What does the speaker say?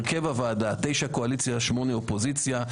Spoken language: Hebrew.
הרכב הוועדה: תשע קואליציה, שמונה אופוזיציה.